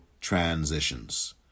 transitions